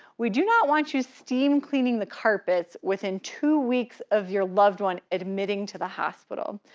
we do not want you steam-cleaning the carpets within two weeks of your loved one admitting to the hospital.